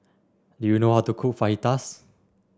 do you know how to cook Fajitas